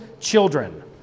children